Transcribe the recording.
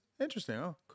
interesting